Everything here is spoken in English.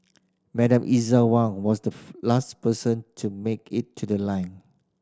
Madam Eliza Wong was the last person to make it to the line